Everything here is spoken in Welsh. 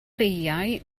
beiau